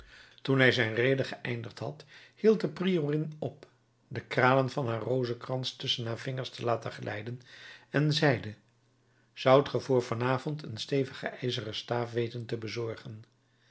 toen hij zijn rede geëindigd had hield de priorin op de kralen van haar rozenkrans tusschen haar vingers te laten glijden en zeide zoudt ge voor van avond een stevigen ijzeren staaf weten te bezorgen